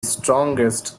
strongest